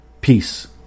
Peace